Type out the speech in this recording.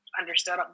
understood